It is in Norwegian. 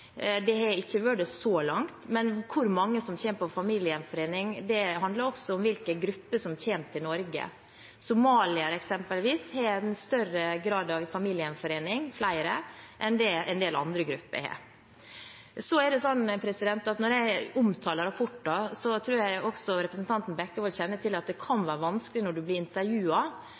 Det har ikke vært det så langt, men hvor mange som kommer på familiegjenforening, handler også om hvilke grupper som kommer til Norge. Somaliere har eksempelvis familiegjenforening i større grad enn det en del andre grupper har. Så er det sånn at når jeg omtaler rapporter – jeg tror også representanten Bekkevold kjenner til at det kan være vanskelig når du blir